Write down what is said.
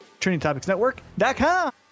Trainingtopicsnetwork.com